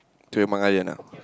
Tioman-Island ah